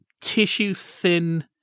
tissue-thin